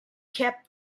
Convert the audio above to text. kept